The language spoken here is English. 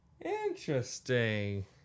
Interesting